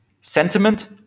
sentiment